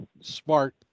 smart